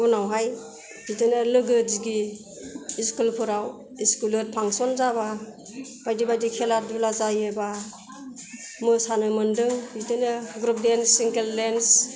उनावहाय बिदिनो लोगो दिगि स्कुल फोराव स्कलार फांसन जाबा बायदि बायदि खेला दुला जायोबा मोसानो मोन्दों बिदिनो ग्रुप डेन्स सिंगेल डेन्स